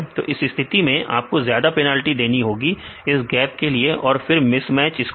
तो इस स्थिति में आपको ज्यादा पेनाल्टी देनी होगी इस गैप के लिए और फिर मिसमैच स्कोर